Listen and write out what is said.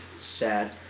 Sad